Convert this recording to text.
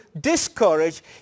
discourage